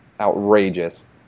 outrageous